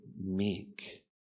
meek